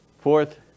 fourth